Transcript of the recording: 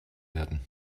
werden